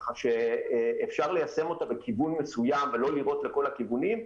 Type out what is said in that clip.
כך שאפשר ליישם אותה בכיוון מסוים ולא לירות לכל הכיוונים,